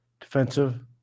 defensive